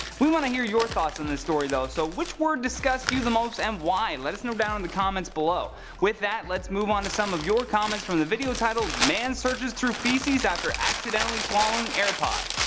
we want to hear your thoughts on this story though, so which word disgusts you the most and why, let us know down in the comments below. with that lets move on to some of your comments from the video titled man searches through feces after accidentally swallowing airpod